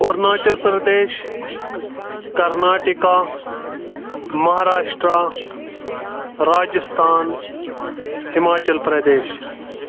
Arunachal Pradesh Karnataka Maharashtra Rajasthan Himachal Pradesh